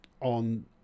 on